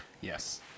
Yes